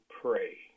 pray